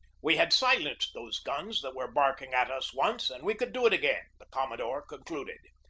we had silenced those guns that were barking at us once and we could do it again, the commodore concluded.